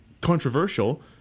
controversial